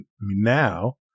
now